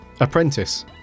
Apprentice